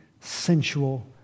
sensual